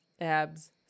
abs